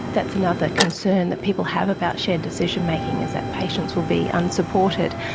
that's another concern that people have about shared decision making, is that patients will be unsupported.